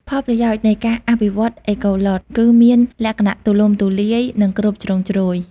ផលប្រយោជន៍នៃការអភិវឌ្ឍ Eco-Lodge គឺមានលក្ខណៈទូលំទូលាយនិងគ្រប់ជ្រុងជ្រោយ។